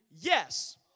yes